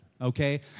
okay